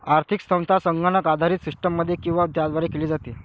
आर्थिक संस्था संगणक आधारित सिस्टममध्ये किंवा त्याद्वारे केली जाते